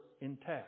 intact